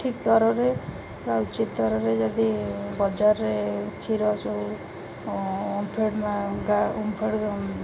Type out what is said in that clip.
ଠିକ୍ ଦରରେ ଉଚିତ୍ ଦରରେ ଯଦି ବଜାରରେ କ୍ଷୀର ସବୁ ଓମ୍ଫେଡ଼୍